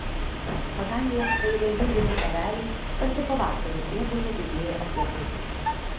padangėje skraido jūriniai ereliai tarsi pavasarį ūbauja didieji apuokai